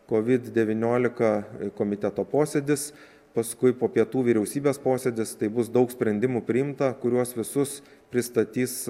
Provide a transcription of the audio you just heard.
covid devyniolika komiteto posėdis paskui po pietų vyriausybės posėdis tai bus daug sprendimų priimta kuriuos visus pristatys